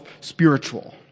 spiritual